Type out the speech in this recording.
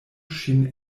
ŝin